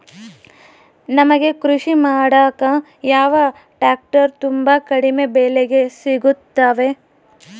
ನಮಗೆ ಕೃಷಿ ಮಾಡಾಕ ಯಾವ ಟ್ರ್ಯಾಕ್ಟರ್ ತುಂಬಾ ಕಡಿಮೆ ಬೆಲೆಗೆ ಸಿಗುತ್ತವೆ?